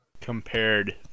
compared